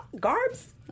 garbs